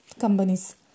companies